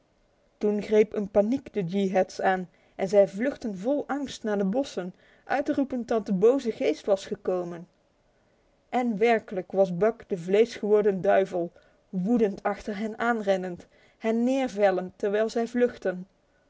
greep een paniek de yeehats aan en zij vluchtten vol angst naar de bossen uitroepend dat de boze geest was gekomen en werkelijk was buck de vleesgeworden duivel woedend achter hen aanrennend hen neervellend terwijl zij vluchtten